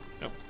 Nope